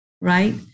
Right